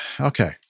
okay